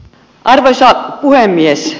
arvoisa puhemies